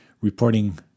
reporting